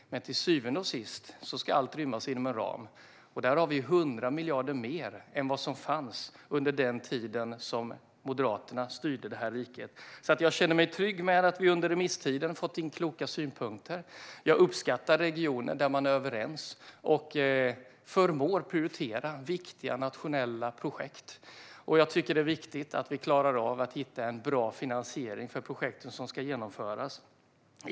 Men till syvende och sist ska allt rymmas inom en ram. Där har vi 100 miljarder mer än vad som fanns under den tid som Moderaterna styrde riket. Jag känner mig trygg med att vi under remisstiden har fått in kloka synpunkter. Jag uppskattar regioner där man är överens och förmår att prioritera viktiga nationella projekt. Jag tycker att det är viktigt att vi klarar av att hitta en bra finansiering för projekten som ska genomföras.